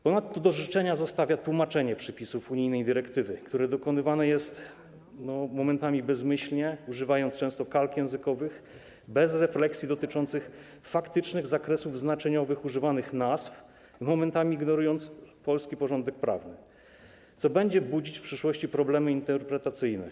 Ponadto wiele do życzenia zostawia tłumaczenie przepisów unijnej dyrektywy, które dokonywane jest momentami bezmyślnie, często z użyciem kalk językowych, bez refleksji dotyczących faktycznych zakresów znaczeniowych używanych nazw i momentami z ignorowaniem polskiego porządku prawnego, co będzie budzić w przyszłości problemy interpretacyjne.